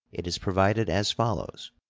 it is provided as follows